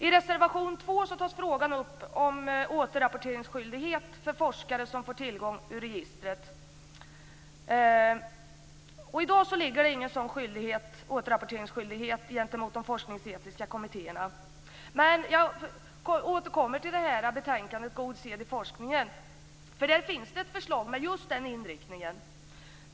I reservation 2 tas frågan upp om återrapporteringsskyldighet för forskare som får tillgång till registret. I dag finns ingen sådan återrapporteringsskyldighet gentemot de forskningsetiska kommittéerna, men jag återkommer till betänkandet God sed i forskningen, för där finns ett förslag med just den inriktningen.